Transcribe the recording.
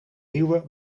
nieuwe